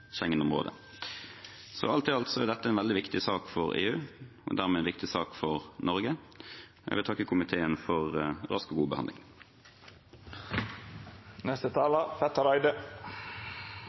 Alt i alt er dette en veldig viktig sak for EU og dermed en viktig sak for Norge. Jeg vil takke komiteen for rask og god